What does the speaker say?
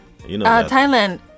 Thailand